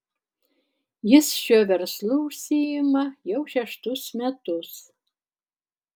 jis šiuo verslu užsiima jau šeštus metus